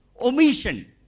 Omission